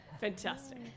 Fantastic